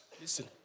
listen